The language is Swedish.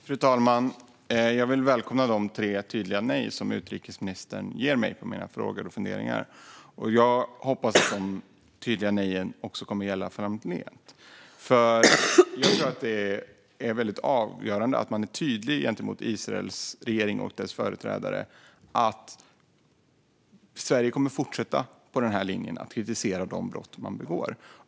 Fru talman! Jag välkomnar de tre tydliga nej som utrikesministern gav på mina frågor, och jag hoppas att dessa tydliga nej också kommer att gälla framgent. Jag tror att det är mycket avgörande att man är tydlig gentemot Israels regering och dess företrädare med att Sverige kommer att fortsätta på denna linje och kritisera de brott som begås.